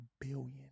billion